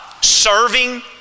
serving